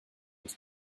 was